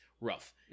rough